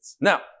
Now